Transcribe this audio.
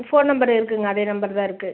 phone number இருக்குங்க அதே number தான் இருக்கு